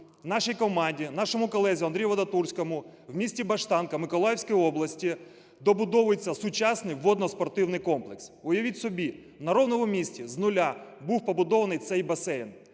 нашій команді, нашому колезі Андрію Вадатурському в місті Баштанка Миколаївської області добудовується сучасний водноспортивний комплекс. Уявіть собі, на рівному місці, з нуля був побудований цей басейн.